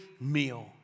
meal